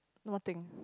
what thing